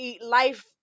life